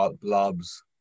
blobs